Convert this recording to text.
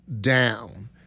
down